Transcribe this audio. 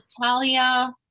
natalia